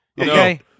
okay